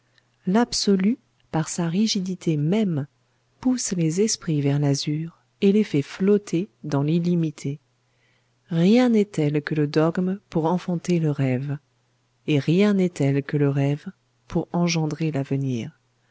l'absolu par sa rigidité même pousse les esprits vers l'azur et les fait flotter dans l'illimité rien n'est tel que le dogme pour enfanter le rêve et rien n'est tel que le rêve pour engendrer l'avenir